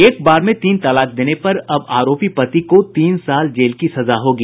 एक बार में तीन तलाक देने पर अब आरोपी पति को तीन साल जेल की सजा होगी